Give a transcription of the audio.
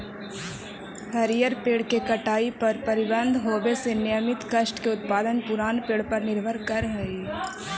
हरिअर पेड़ के कटाई पर प्रतिबन्ध होवे से नियमतः काष्ठ के उत्पादन पुरान पेड़ पर निर्भर करऽ हई